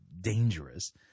dangerous